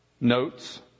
notes